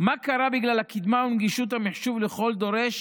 מה קרה בגלל הקדמה ונגישות המחשוב לכל דורש